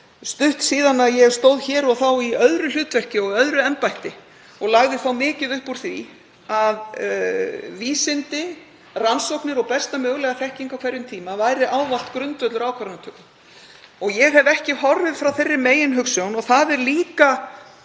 stutt síðan ég stóð hér og þá í öðru hlutverki og öðru embætti og lagði mikið upp úr því að vísindi, rannsóknir og besta mögulega þekking á hverjum tíma væri ávallt grundvöllur ákvarðanatöku. Ég hef ekki horfið frá þeirri meginhugsjón og það er ekki